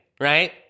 right